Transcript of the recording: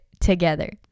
together